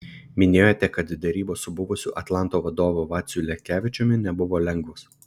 minėjote kad derybos su buvusiu atlanto vadovu vaciu lekevičiumi nebuvo lengvos